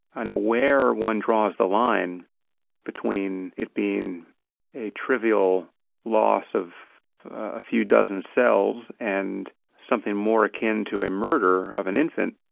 ah where one draws the line between it being a trivial loss of a few dozen cells and something more akin to a murder of an infant,